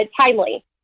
timely